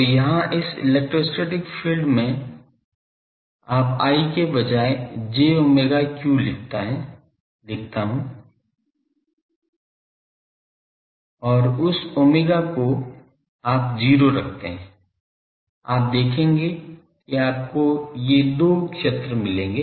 तो यहाँ इस इलेक्ट्रोस्टैटिक फील्ड में आप I के बजाय j omega q लिखता हूँ और उस omega को आप 0 रखते हैं आप देखेंगे कि आपको ये दो क्षेत्र मिलेंगे